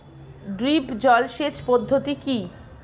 Drip জল সেচ পদ্ধতি কি?